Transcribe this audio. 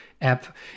app